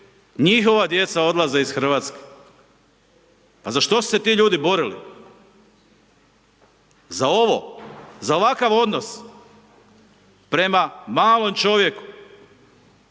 njihova djeca odlaze iz RH. Pa za što su se ti ljudi borili? Za ovo, za ovakav odnos prema malom čovjeku.